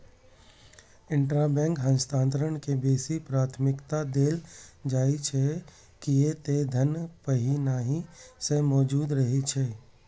intrabank हस्तांतरण के बेसी प्राथमिकता देल जाइ छै, कियै ते धन पहिनहि सं मौजूद रहै छै